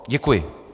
Děkuji.